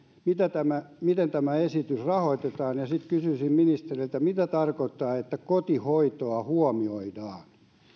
miten tämä esitys rahoitetaan ja sitten kysyisin ministeriltä mitä tarkoittaa että kotihoitoa huomioidaan